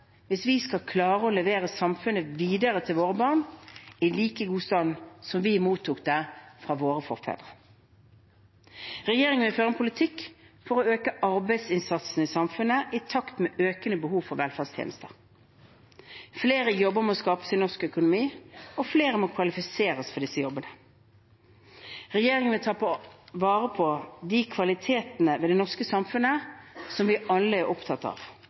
hvis vi skal klare å levere samfunnet videre til våre barn i like god stand som vi mottok det fra våre forfedre. Regjeringen vil føre en politikk for å øke arbeidsinnsatsen i samfunnet i takt med det økende behovet for velferdstjenester. Flere jobber må skapes i norsk økonomi, og flere må kvalifiseres for disse jobbene. Regjeringen vil ta vare på de kvalitetene ved det norske samfunnet som vi alle er opptatt av.